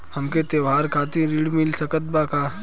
हमके त्योहार खातिर त्रण मिल सकला कि ना?